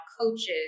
coaches